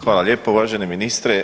Hvala lijepo, uvaženi ministre.